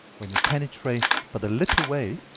when you penetrate but a little way,